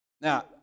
Now